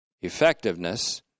effectiveness